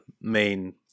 main